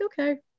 okay